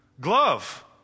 Glove